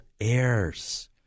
heirs